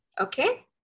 okay